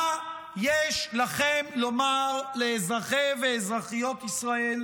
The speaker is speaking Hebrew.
מה יש לכם לומר לאזרחי ולאזרחיות ישראל